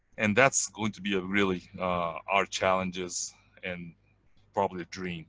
and that's going to be a really our challenges and probably dream